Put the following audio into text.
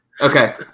Okay